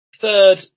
third